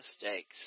mistakes